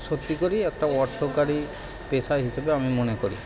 সত্যি করেই একটা অর্থকরী পেশা হিসেবে আমি মনে করি